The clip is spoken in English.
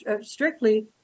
strictly